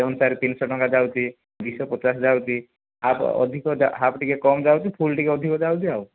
ଏବଂ ସାର୍ ତିନି ଶହ ଟଙ୍କା ଯାଉଛି ଦୁଇ ଶହ ପଚାଶ ଯାଉଛି ହାଫ୍ ଅଧିକ ହାଫ୍ ଟିକେ କମ୍ ଯାଉଛି ଫୁଲ ଟିକେ ଅଧିକ ଯାଉଛି ଆଉ